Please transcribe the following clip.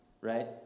right